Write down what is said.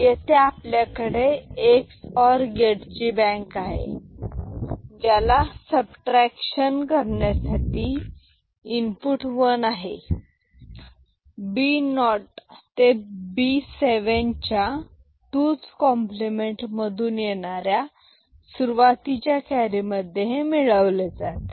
येथे आपल्याकडे XOR gate ची बँक आहे ज्याला सबट्रॅक्शन करण्यासाठी इनपुट वन आहे जे B 0 ते B 7 च्या 2s कॉम्प्लिमेंट मधून येणाऱ्या सुरुवातीच्या कॅरी मध्ये मिळवले जाते